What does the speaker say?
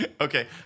okay